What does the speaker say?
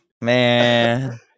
man